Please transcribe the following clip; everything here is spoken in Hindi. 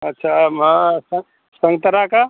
अच्छा मा संतरा का